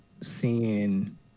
seeing